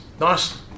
nice